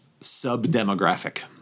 sub-demographic